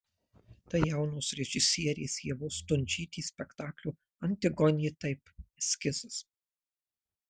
tai jaunos režisierės ievos stundžytės spektaklio antigonė taip eskizas